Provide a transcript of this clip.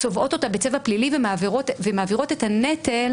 צובעות אותה בצבע פלילי ומעבירות את הנטל